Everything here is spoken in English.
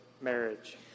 marriage